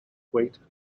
equator